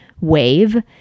wave